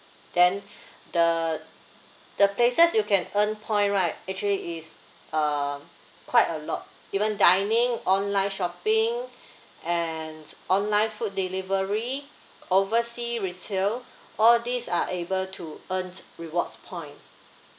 then the the places you can earn point right actually is uh quite a lot even dining online shopping and online food delivery overseas retail all these are able to earn rewards point